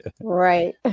Right